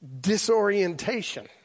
disorientation